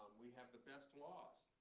we have the best laws.